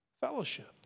Fellowship